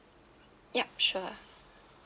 yup sure